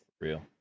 Real